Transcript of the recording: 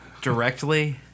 Directly